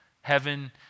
Heaven